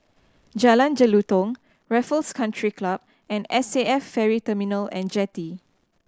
Jalan Jelutong Raffles Country Club and S A F Ferry Terminal And Jetty